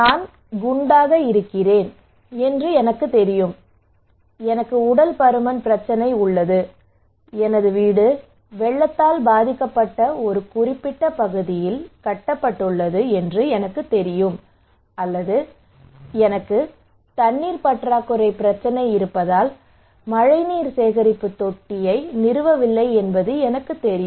நான் குண்டாக இருக்கிறேன் என்று எனக்குத் தெரியும் எனக்கு உடல் பருமன் பிரச்சினை உள்ளது எனது வீடு வெள்ளத்தால் பாதிக்கப்பட்ட ஒரு குறிப்பிட்ட பகுதியில் கட்டப்பட்டுள்ளது என்று எனக்குத் தெரியும் அல்லது எனக்கு தண்ணீர் பற்றாக்குறை பிரச்சினை இருப்பதால் மழைநீர் சேகரிப்பு தொட்டியை நிறுவவில்லை என்பது எனக்குத் தெரியும்